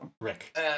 Rick